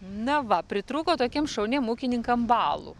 na va pritrūko tokiems šauniems ūkininkams balų